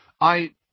I